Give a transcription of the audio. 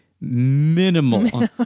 minimal